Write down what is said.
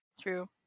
True